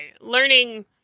learning